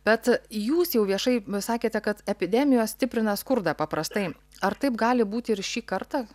bet jūs jau viešai sakėte kad epidemijos stiprina skurdą paprastai ar taip gali būti ir šį kartą